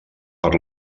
per